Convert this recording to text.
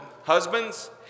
husbands